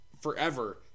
forever